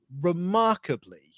remarkably